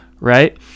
Right